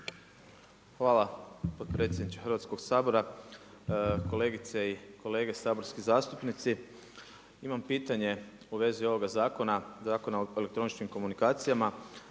Hvala potpredsjedniče Hrvatskog sabora. Kolegice i kolege saborski zastupnici. Imam pitanje u vezi ovoga zakona, Zakona o elektroničkim komunikacijama,